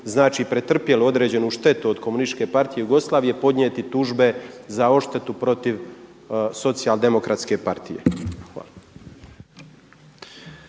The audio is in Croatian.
znači pretrpjeli određenu štetu od komunističke partije Jugoslavije podnijeti tužbe za odštetu protiv socijal-demokratske partije.